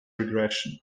regressions